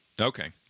Okay